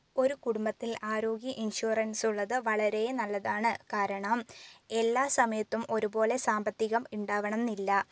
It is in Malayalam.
ഒരു കുടുംബത്തിൽ ആരോഗ്യ ഇൻഷുറൻസ് ഉള്ളത് വളരേ നല്ലതാണ് കാരണം എല്ലാസമയത്തും ഒരുപോലെ സാമ്പത്തികം ഉണ്ടാവണമെന്നില്ല